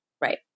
Right